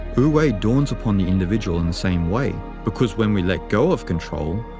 wu-wei dawns upon the individual in the same way, because when we let go of control,